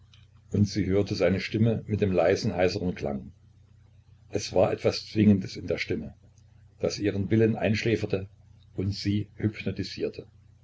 und sie hörte seine stimme mit dem leisen heiseren klang es war etwas zwingendes in der stimme das ihren willen einschläferte und sie